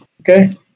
okay